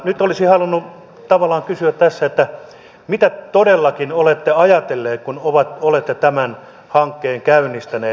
nyt olisin halunnut tavallaan kysyä tässä mitä todellakin olette ajatelleet kun olette tämän hankkeen käynnistäneet